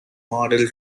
model